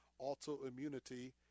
Autoimmunity